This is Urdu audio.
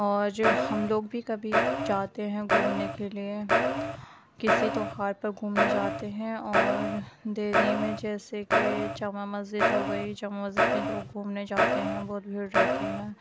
اور ہم لوگ بھی کبھی جاتے ہیں گھومنے کے لیے کسی تیوہار پر گھومنے جاتے ہیں اور دہلی میں جیسے کہ جامع مسجد ہو گئی جامع مسجد میں لوگ گھومنے جاتے ہیں بہت بھیڑ رہتی ہے